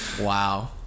Wow